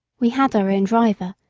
we had our own driver,